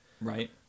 Right